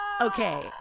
Okay